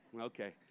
Okay